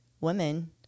women